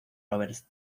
roberts